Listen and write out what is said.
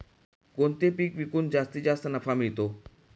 कोणते पीक विकून जास्तीत जास्त नफा मिळतो?